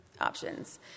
options